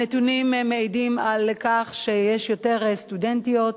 הנתונים מעידים על כך שיש יותר סטודנטיות,